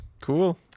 Cool